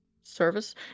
Service